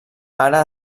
ara